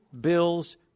Bill's